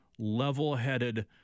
level-headed